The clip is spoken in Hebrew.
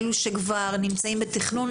אלו שכבר נמצאים בתכנון?